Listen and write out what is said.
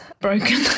broken